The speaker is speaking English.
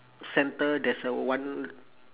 centre there's a one